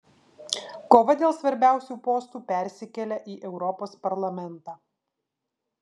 kova dėl svarbiausių postų persikelia į europos parlamentą